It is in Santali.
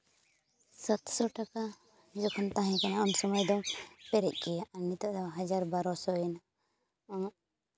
ᱥᱟᱛ ᱥᱚ ᱴᱟᱠᱟ ᱡᱚᱠᱷᱚᱱ ᱛᱟᱦᱮᱸ ᱠᱟᱱᱟ ᱩᱱ ᱥᱚᱢᱚᱭ ᱫᱚ ᱯᱮᱨᱮᱡ ᱠᱮᱜᱼᱟ ᱟᱨ ᱱᱤᱛᱚᱜ ᱫᱚ ᱵᱟᱨᱚ ᱥᱚ ᱭᱮᱱᱟ